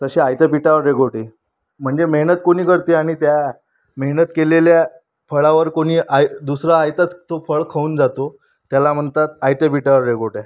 तसे आयत्या पिठावर रेघोटे म्हणजे मेहनत कोणी करते आणि त्या मेहनत केलेल्या फळावर कोणी आय् दुसरा आयतंच तो फळ खाऊन जातो त्याला म्हणतात आयत्या पिठावर रेघोट्या